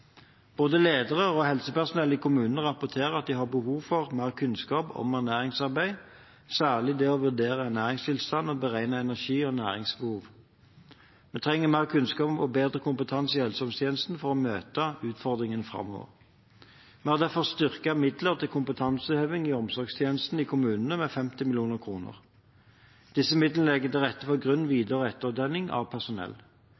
Både ledere og helsepersonell i kommunene rapporterer at de har behov for mer kunnskap om ernæringsarbeid, særlig det å vurdere ernæringstilstand og beregne energi- og næringsbehov. Vi trenger mer kunnskap og bedre kompetanse i helse- og omsorgstjenesten for å møte utfordringene framover. Vi har derfor styrket midler til kompetanseheving i omsorgstjenesten i kommunene med 50 mill. kr. Disse midlene legger til rette for mer grunn-, videre- og etterutdanning av personell.